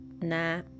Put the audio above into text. nah